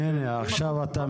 הוא אדם מאמין, הוא רוצה להציל